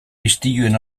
istiluen